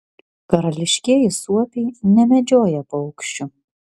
karališkieji suopiai nemedžioja paukščių